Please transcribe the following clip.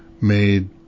made